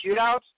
shootouts